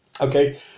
Okay